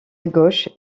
gauche